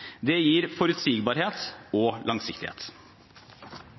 Det gir forutsigbarhet og langsiktighet.